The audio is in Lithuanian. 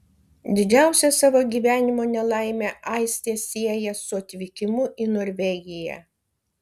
didžiausią savo gyvenimo nelaimę aistė sieja su atvykimu į norvegiją